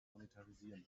monetarisieren